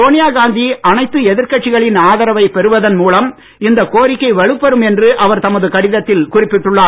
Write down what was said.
சோனியா காந்தி அனைத்து எதிர் கட்சிகளின் ஆதரவைப் பெறுவதன் மூலம் இந்தக் கோரிக்கை வலுப்பெறும் என்று அவர் தமது கடிதத்தில் குறிப்பிட்டுள்ளார்